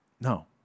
no